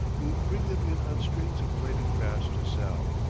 who bring them in on strings of plaited grass to sell.